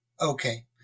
Okay